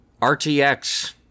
RTX